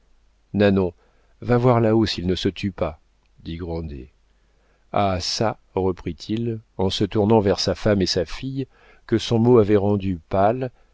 nanon va voir là-haut s'il ne se tue pas dit grandet ha çà reprit-il en se tournant vers sa femme et sa fille que son mot avait rendues